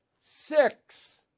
Six